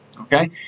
okay